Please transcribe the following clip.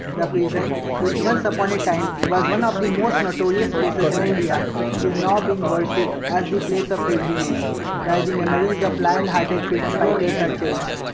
the prison which in once upon a time was one of the most notorious places in india is now being worshiped as the place of pilgrimage where the memories of lion hearted freedom fighters are cherished.